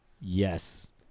Yes